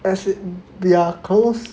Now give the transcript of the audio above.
as in we are close